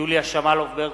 יוליה שמאלוב-ברקוביץ,